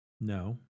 No